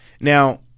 Now